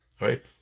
Right